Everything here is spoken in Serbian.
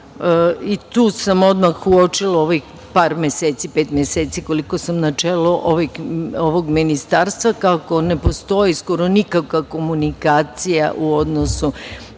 Tu sam odmah uočila ovih par meseci, pet meseci koliko sam na čelu ovog ministarstva, koliko ne postoji skoro nikakva komunikacija u odnosu